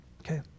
Okay